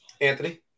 Anthony